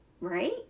Right